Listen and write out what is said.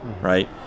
right